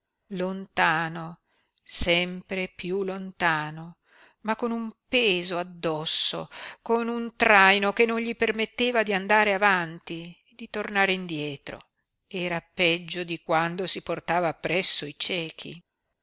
lontano sempre piú lontano ma con un peso addosso con un traino che non gli permetteva di andare avanti di tornare indietro era peggio di quando si portava appresso i ciechi